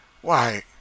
Why